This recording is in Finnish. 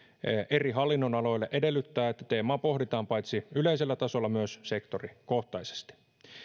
eri hallinnonaloille edellyttää että teemaa pohditaan paitsi yleisellä tasolla myös sektorikohtaisesti